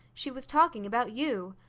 she was talking about you.